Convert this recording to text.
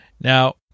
Now